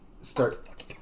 start